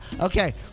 Okay